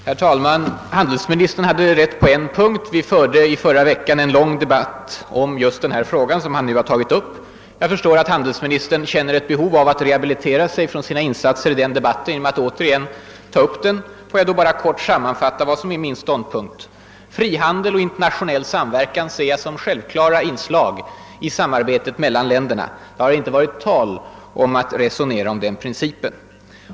Herr talman! Handelsministern hade rätt på en punkt: vi förde i förra veckan en lång debatt om just den fråga som han nu åter tagit upp. Jag förstår att statsrådet Lange känner ett behov av att rehabilitera sig för sina insatser i den debatten genom att än en gång ta upp den. Får jag då bara kort sammanfatta vad som är min ståndpunkt. Frihandel och internationell samverkan ser jag som självklara inslag i samarbetet mellan länderna. Det har inte varit tal om att ändra på den principen.